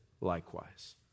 likewise